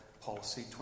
Policy